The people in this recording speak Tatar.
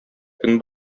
көн